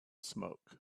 smoke